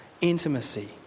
intimacy